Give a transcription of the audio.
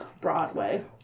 Broadway